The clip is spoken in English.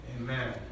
Amen